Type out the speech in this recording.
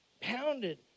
pounded